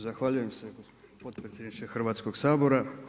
Zahvaljujem se potpredsjedniče Hrvatskog sabora.